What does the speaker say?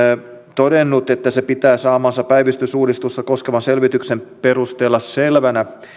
todennut että se pitää saamansa päivystysuudistusta koskevan selvityksen perusteella selvänä